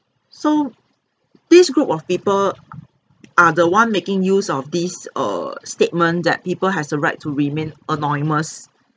so this group of people are are the one making use of this err statement that people has the right to remain anonymous